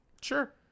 Sure